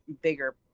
bigger